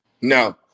No